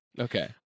Okay